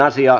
asia